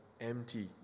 empty